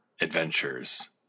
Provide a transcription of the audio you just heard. adventures